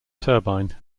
turbine